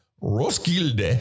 Roskilde